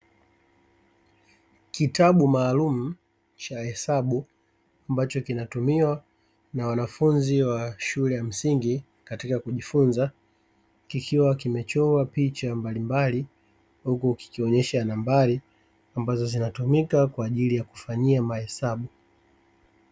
Kitabu maalumu cha hesabu ambacho kinatumiwa na wanafunzi wa shule ya msingi katika kujifunza, kikiwa kimechorwa picha mbalimbali huku kikionyesha nambari ambazo zinatumika kwa ajili ya kufanyia mahesabu.